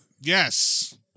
Yes